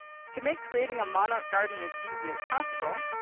to make creating a monarch garden as easy as possible,